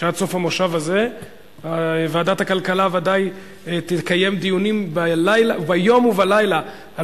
שעד סוף המושב הזה ועדת הכלכלה ודאי תקיים דיונים ביום ובלילה על